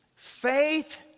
Faith